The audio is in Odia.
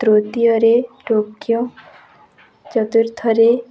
ତୃତୀୟରେ ଚତୁର୍ଥରେ